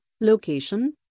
location